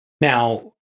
Now